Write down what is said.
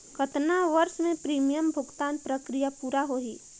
कतना वर्ष मे प्रीमियम भुगतान प्रक्रिया पूरा होही?